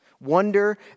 wonder